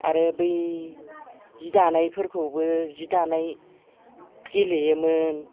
आरो दै जि दानायफोरखौबो जि दानाय गेलेयोमोन